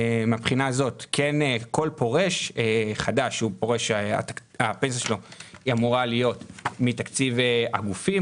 מהבחינה הזאת כל פורש חדש שהפנסיה שלו אמורה להיות מתקציב הגופים,